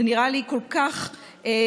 זה נראה לי כל כך מתבקש.